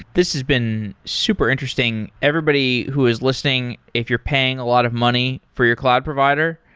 this has been super interesting. everybody who is listening, if you're paying a lot of money for your cloud provider,